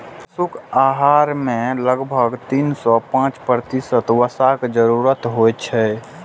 पशुक आहार मे लगभग तीन सं पांच प्रतिशत वसाक जरूरत होइ छै